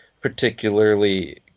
particularly